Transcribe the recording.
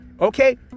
okay